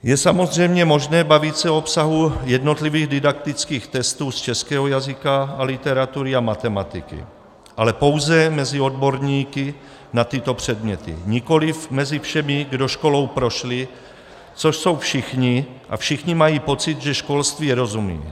Je samozřejmě možné bavit se o obsahu jednotlivých didaktických testů z českého jazyka a literatury a matematiky, ale pouze mezi odborníky na tyto předměty, nikoliv mezi všemi, kdo školou prošli, což jsou všichni, a všichni mají pocit, že školství rozumí.